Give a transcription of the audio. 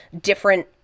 different